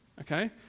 okay